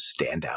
standout